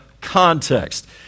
context